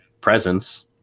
presence